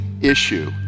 issue